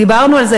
דיברנו על זה,